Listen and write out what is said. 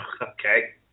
Okay